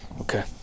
okay